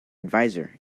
adviser